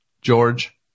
George